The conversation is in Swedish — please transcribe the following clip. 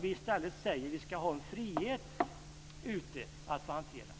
I stället ska kommunerna ha en frihet att hantera de frågorna.